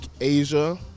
Asia